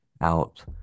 out